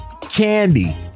candy